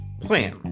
plan